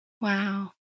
wow